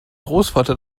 großvater